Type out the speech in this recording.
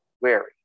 wary